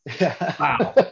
Wow